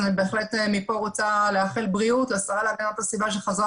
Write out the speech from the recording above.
אני בהחלט מכאן רוצה לאחר בריאות לשרה להגנת הסביבה שחזרה